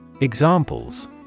Examples